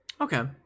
Okay